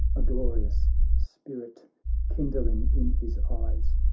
a glorious spirit kindling in his eyes.